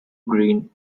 green